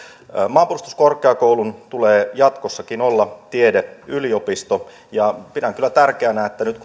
maanpuolustuskorkeakoulun tulee jatkossakin olla tiedeyliopisto ja pidän kyllä tärkeänä että nyt